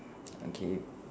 okay